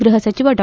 ಗೃಹ ಸಚಿವ ಡಾ